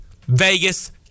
Vegas